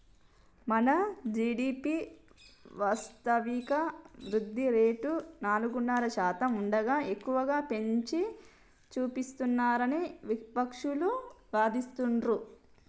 మన జీ.డి.పి వాస్తవిక వృద్ధి రేటు నాలుగున్నర శాతం ఉండగా ఎక్కువగా పెంచి చూపిస్తున్నారని విపక్షాలు వాదిస్తుండ్రు